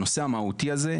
הנושא המהותי הזה,